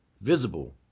visible